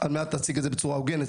על מנת להציג את זה בצורה הוגנת,